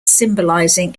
symbolizing